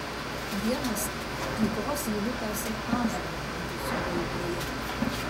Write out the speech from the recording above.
vienas tykos įlipęs į ąžuolą rusų dauboje